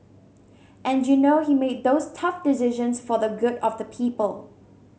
and you know he made those tough decisions for the good of the people